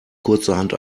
kurzerhand